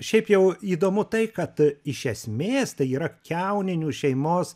šiaip jau įdomu tai kad iš esmės tai yra kiauninių šeimos